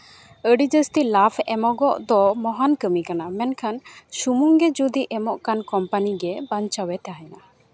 ᱟᱹᱰᱤ ᱡᱟᱹᱥᱛᱤ ᱞᱟᱵᱷ ᱮᱢᱚᱜᱚᱜ ᱫᱚ ᱢᱚᱦᱟᱱ ᱠᱟᱹᱢᱤ ᱠᱟᱱᱟ ᱢᱮᱱᱠᱷᱟᱱ ᱥᱩᱢᱩᱝ ᱜᱮ ᱡᱩᱫᱤ ᱮᱢᱚᱜ ᱠᱟᱱ ᱠᱳᱢᱯᱟᱱᱤ ᱜᱮ ᱵᱟᱧᱪᱟᱣ ᱮ ᱛᱟᱦᱮᱱᱟ